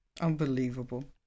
Unbelievable